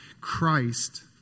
Christ